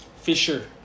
Fisher